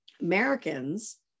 Americans